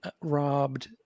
robbed